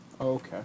Okay